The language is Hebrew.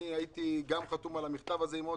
הייתי גם חתום על המכתב הזה עם עוד,